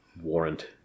warrant